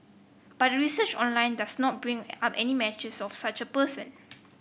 but a research online does not bring up any matches of such a person